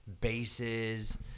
bases